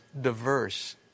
diverse